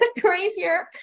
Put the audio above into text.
crazier